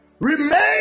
remain